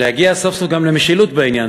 להגיע סוף-סוף גם למשילות בעניין.